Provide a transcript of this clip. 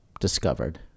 discovered